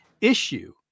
issue